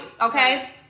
okay